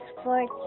sports